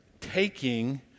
taking